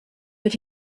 but